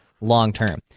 long-term